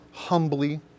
humbly